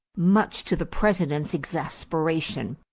much to the president's exasperation.